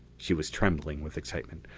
she was trembling with excitement.